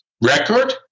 record